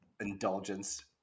indulgence